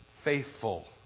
Faithful